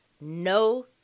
no